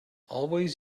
always